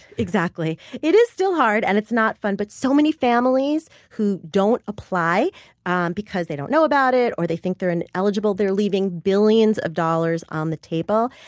exactly. it is still hard and it's not fun but so many families who don't apply and because they don't know about it or they think they're ineligible, they're leaving billions of dollars on the table.